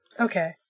Okay